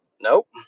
nope